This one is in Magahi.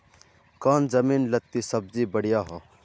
कौन जमीन लत्ती सब्जी बढ़िया हों?